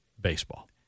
baseball